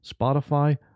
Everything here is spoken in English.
spotify